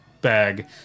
bag